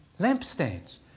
lampstands